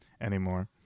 anymore